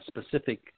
specific